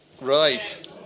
Right